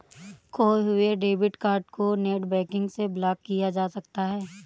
खोये हुए debit card को नेटबैंकिंग से ब्लॉक किया जा सकता है